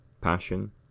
passion